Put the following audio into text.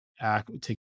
act